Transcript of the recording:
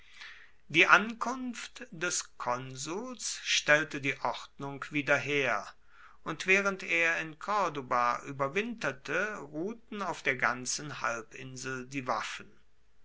die ankunft des konsuls stellte die ordnung wieder her und während er in corduba überwinterte ruhten auf der ganzen halbinsel die waffen